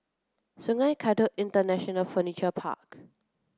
Sungei Kadut International Furniture Park